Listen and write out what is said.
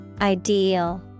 ideal